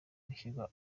gushyirwa